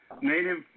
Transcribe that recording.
native